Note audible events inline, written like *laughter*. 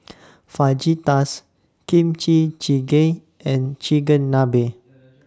*noise* Fajitas Kimchi Jjigae and Chigenabe *noise*